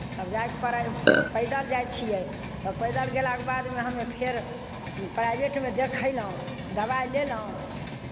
तब जायके पड़ै पैदल जाइ छियै तब पैदल गयलाके बादमे हमे फेर प्राइभेटमे देखयलहुँ दबाइ लेलहुँ